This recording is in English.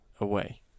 away